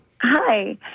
Hi